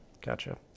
Gotcha